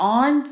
on